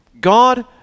God